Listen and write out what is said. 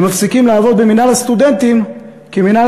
הם מפסיקים לעבוד במינהל הסטודנטים כי מינהל